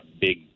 big